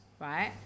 right